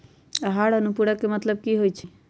आहार अनुपूरक के मतलब की होइ छई?